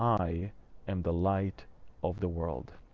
i am the light of the world.